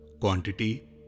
quantity